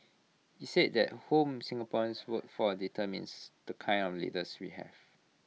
he said that whom Singaporeans vote for determines the kind of leaders we have